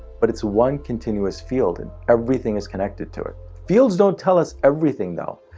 but it's one continuous field. and everything is connected to it. fields don't tell us everything though.